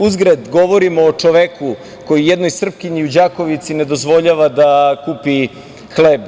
Uzgred, govorimo o čoveku koji jednoj Srpkinji u Đakovici ne dozvoljava da kupi hleb.